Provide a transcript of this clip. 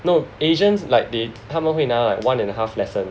no agents like they 他们会拿 one and a half lesson